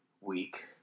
week